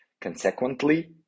consequently